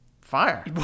Fire